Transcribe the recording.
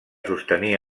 sostenir